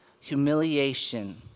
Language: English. humiliation